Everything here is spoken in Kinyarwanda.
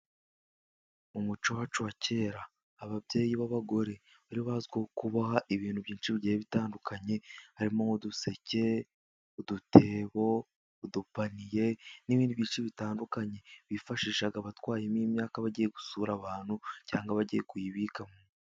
Mu muco wa kera ababyeyi b'abagore bari bazwiho kuboha ibintu byinshi bigiye bitandukanye, harimo: n'uduseke, udutebo, udupaniye, n'ibindi bigiye bitandukanye, bifashishaga batwayemo imyaka bagiye gusura abantu cyangwa bagiye kuyibikamo.